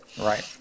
right